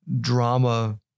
drama